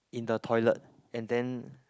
in the toilet and then